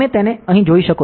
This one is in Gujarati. તમે તેને અહીં જોઈ શકો છો